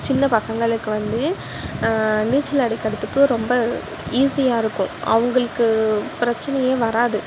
சின்ன பசங்களுக்கு வந்து நீச்சல் அடிக்கிறதுக்கு ரொம்ப ஈசியாக இருக்கும் அவங்களுக்கு பிரச்சினையே வராது